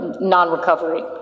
non-recovery